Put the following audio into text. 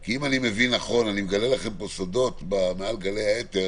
אני מגלה לכם פה סודות מעל גלי האתר